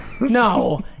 No